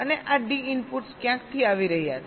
અને આ D inputs ક્યાંકથી આવી રહ્યા છે